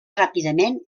ràpidament